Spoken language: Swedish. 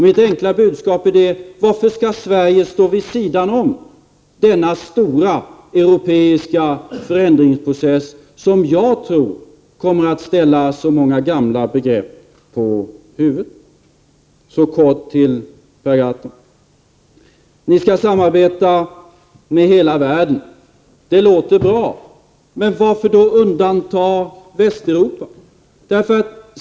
Mitt enkla budskap är: Varför skall Sverige stå vid sidan om denna stora europeiska förändringsprocess, som jag tror kommer att ställa så många gamla begrepp på huvudet? Så kort till Per Gahrton: Ni skall samarbeta med hela världen — ja, det låter bra, men varför då undanta Västeuropa?